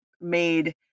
made